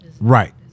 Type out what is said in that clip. Right